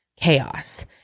chaos